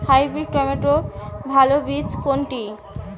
Hybrid টমেটোর ভালো বীজ কোনটি?